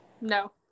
no